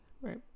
Right